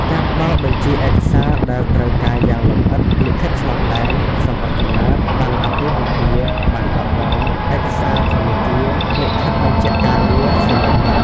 ការផ្តល់បញ្ជីឯកសារដែលត្រូវការយ៉ាងលម្អិត លិខិតឆ្លងដែន សំបុត្រកំណើត ប័ណ្ណអាពាហ៍ពិពាហ៍ ប័ណ្ណបើកបរ ឯកសារធនាគារ លិខិតបញ្ជាក់ការងារ សញ្ញាបត្រ។